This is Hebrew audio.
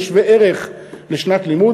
שזה שווה ערך לשנת לימוד,